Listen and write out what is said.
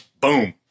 Boom